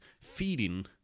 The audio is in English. feeding